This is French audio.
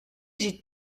j’ai